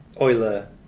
Euler